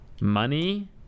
money